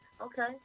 Okay